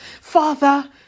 Father